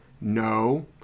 No